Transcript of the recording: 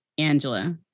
Angela